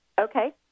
Okay